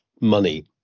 money